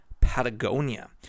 Patagonia